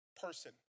person